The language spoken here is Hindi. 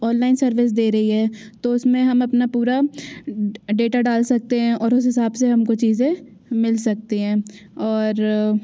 ऑनलाइन सर्विस दे रही है तो उस में हम अपना पूरा डेटा डाल सकते हैं और उस हिसाब से हम को चीज़ें मिल सकती हैं और